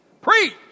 Preach